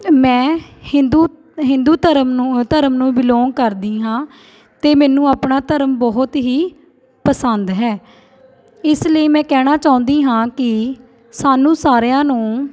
ਮੈਂ ਹਿੰਦੂ ਹਿੰਦੂ ਧਰਮ ਨੂੰ ਧਰਮ ਨੂੰ ਬਿਲੌਂਗ ਕਰਦੀ ਹਾਂ ਅਤੇ ਮੈਨੂੰ ਆਪਣਾ ਧਰਮ ਬਹੁਤ ਹੀ ਪਸੰਦ ਹੈ ਇਸ ਲਈ ਮੈਂ ਕਹਿਣਾ ਚਾਹੁੰਦੀ ਹਾਂ ਕਿ ਸਾਨੂੰ ਸਾਰਿਆਂ ਨੂੰ